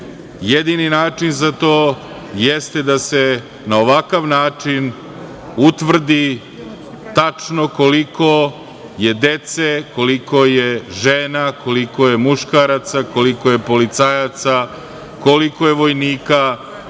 Jedini način za to jeste da se na ovakav način utvrdi tačno koliko je dece, koliko je žena, koliko je muškaraca, koliko je policajaca, koliko je vojnika stradalo od